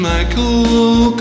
Michael